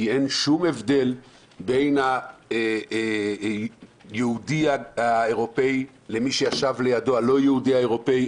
כי אין שום הבדל בין היהודי האירופאי למי שהוא לא יהודי אירופאי,